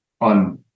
on